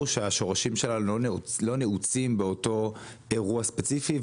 שהשורשים שלה לא נעוצים באותו אירוע ספציפי,